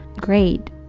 Great